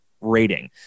rating